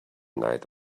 night